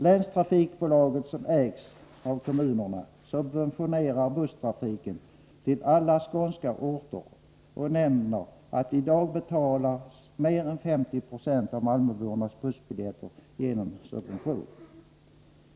Länstrafikbolaget, som ägs av kommunerna, subventionerar busstrafi ken till alla skånska orter och nämner att i dag betalas mer än 50 96 av malmöbornas bussbiljetter genom subvention.